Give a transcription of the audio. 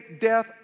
death